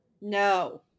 No